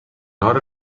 not